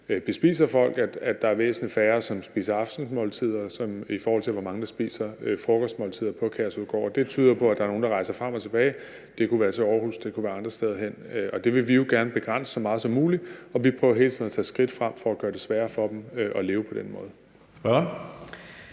bespiser folk, er der væsentlig færre, som spiser aftensmåltider, i forhold til hvor mange der spiser frokostmåltider på Kærshovedgård. Det tyder på, at der er nogle, der rejser frem og tilbage til Aarhus eller andre steder. Det vil vi jo gerne begrænse så meget som muligt, og vi prøver hele tiden at tage skridt for at gøre det sværere for dem at leve på den måde.